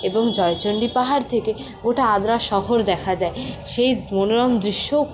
এবং জয়চন্ডী পাহাড় থেকে গোটা আদ্রা শহর দেখা যায় সেই মনোরম দৃশ্য